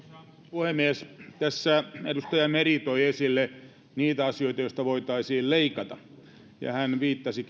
puhemies edustaja meri toi esille niitä asioita joista voitaisiin leikata ja hän viittasi